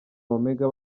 omega